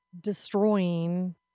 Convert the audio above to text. destroying